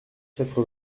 quatre